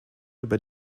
über